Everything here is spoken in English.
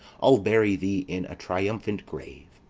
i'll bury thee in a triumphant grave.